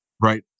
Right